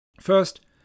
First